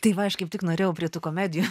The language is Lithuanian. tai va aš kaip tik norėjau prie tų komedijų